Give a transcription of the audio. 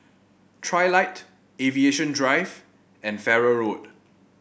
trilight Aviation Drive and Farrer Road